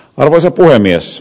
arvoisa puhemies